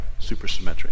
supersymmetric